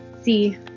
see